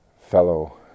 fellow